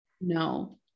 No